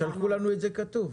שלחו לנו את זה כתוב.